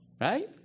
right